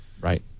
Right